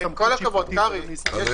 עם כל הכבוד, יש לי